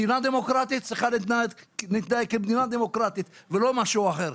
מדינה דמוקרטית צריכה להתנהג כמדינה דמוקרטית ולא משהו אחר.